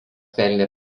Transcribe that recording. pelnė